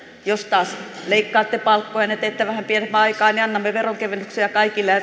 jos taas leikkaatte palkkojanne teette vähän pitempää työaikaa niin annamme veronkevennyksiä kaikille ja